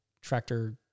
tractor